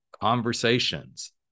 conversations